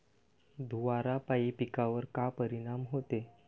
धुवारापाई पिकावर का परीनाम होते?